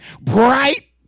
bright